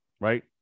right